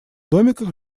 домиках